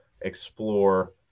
explore